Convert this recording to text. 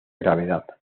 gravedad